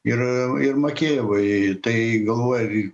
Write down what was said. ir ir makėjavui tai galvoja ir